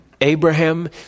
Abraham